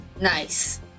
Nice